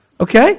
Okay